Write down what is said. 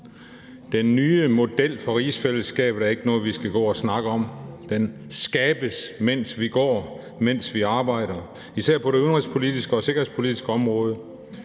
Den nye model for rigsfællesskabet er ikke noget, vi skal gå og snakke om. Den skabes, mens vi går, og mens vi arbejder, især på det udenrigs- og sikkerhedspolitiske område.